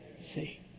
See